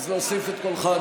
אז להוסיף את קולך?